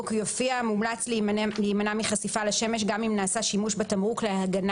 "מומלץ להימנע מחשיפה לשמש גם אם נעשה שימוש בתמרוק להגנה